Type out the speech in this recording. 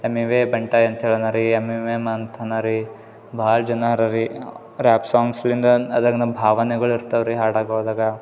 ಅಂತೇಳಿ ಅವನು ರೀ ಅಂತ ಅವನು ರೀ ಭಾಳ್ ಜನ ಅವರ ರೀ ರ್ಯಾಪ್ ಸಾಂಗ್ಸ್ಲಿಂದ ಅದ್ರಲ್ಲಿ ನಮ್ಮ ಭಾವನೆಗಳು ಇರ್ತಾವು ರೀ ಹಾಡಗಳ್ದಾಗ